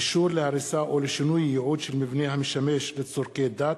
(אישור להריסה או לשינוי ייעוד של מבנה המשמש לצורכי דת),